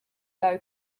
low